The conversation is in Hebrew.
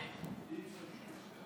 אותה.